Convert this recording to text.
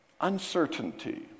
Uncertainty